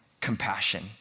compassion